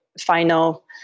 final